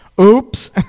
Oops